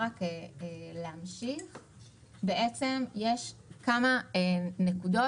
בעצם יש כמה נקודות,